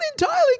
entirely